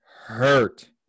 hurt